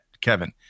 Kevin